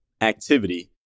activity